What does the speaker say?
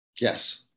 Yes